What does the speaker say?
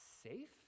safe